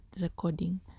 recording